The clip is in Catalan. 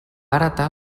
heretar